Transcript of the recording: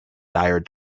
dire